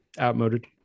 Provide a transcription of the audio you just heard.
outmoded